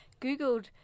Googled